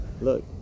look